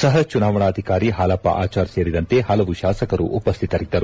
ಸಪ ಚುನಾವಣಾಧಿಕಾರಿ ಹಾಲಪ್ಪ ಆಚಾರ್ ಸೇರಿದಂತೆ ಹಲವು ಶಾಸಕರು ಉಪಸ್ಥಿತರಿದ್ದರು